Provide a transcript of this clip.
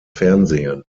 fernsehen